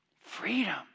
Freedom